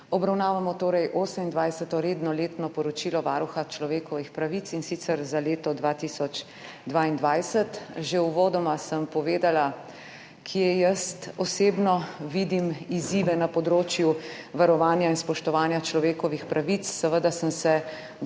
Obravnavamo torej Osemindvajseto redno letno poročilo Varuha človekovih pravic, in sicer za leto 2022. Že uvodoma sem povedala, kje jaz osebno vidim izzive na področju varovanja in spoštovanja človekovih pravic. Seveda sem se dotaknila